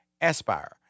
Aspire